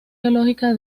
geológica